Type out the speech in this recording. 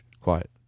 quiet